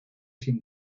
sin